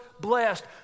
blessed